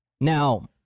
Now